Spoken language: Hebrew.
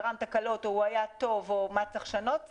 טוב או גרם תקלות ולראות מה צריך לשנות,